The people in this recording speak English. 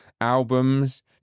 albums